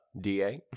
D-A